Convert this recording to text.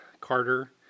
Carter